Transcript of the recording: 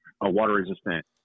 water-resistant